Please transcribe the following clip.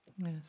yes